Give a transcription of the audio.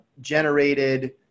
generated